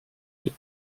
wit